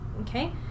Okay